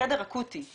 אקוטי.